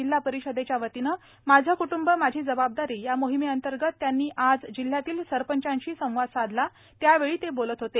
जिल्हा परिषदेच्या वतीने माझे क्टंब माझी जबाबदारी या मोहिमेअंतर्गत त्यांनी आज जिल्ह्यातील सारपंचांशी संवाद साधला त्यावेळी ते बोलत होते